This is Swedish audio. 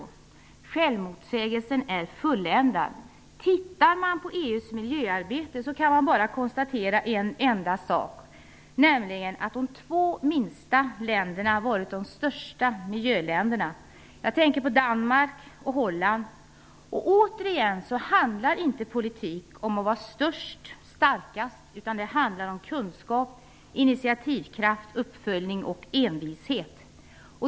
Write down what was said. Självmotsägelsen är fulländad! Tittar man på EU:s miljöarbete kan man bara konstatera en enda sak, nämligen att två av de minsta länderna varit de "största" miljöländerna. Jag tänker på Danmark och Holland. Återigen så handlar inte politik om att vara störst och starkast, utan det handlar om kunskap, initiativkraft, uppföljning och envishet.